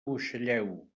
buixalleu